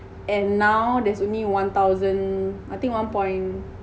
and now there's only one thousand I think one point